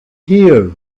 here